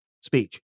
speech